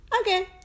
Okay